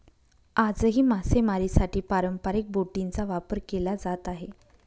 आजही मासेमारीसाठी पारंपरिक बोटींचा वापर केला जात आहे